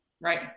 Right